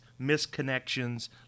misconnections